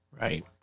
Right